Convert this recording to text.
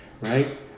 right